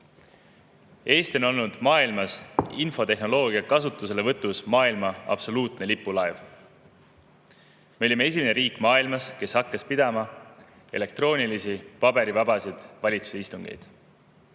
Eesti on olnud infotehnoloogia kasutuselevõtus maailma absoluutne lipulaev. Me olime esimene riik maailmas, kes hakkas pidama elektroonilisi paberivabasid valitsuse istungeid.